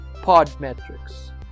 Podmetrics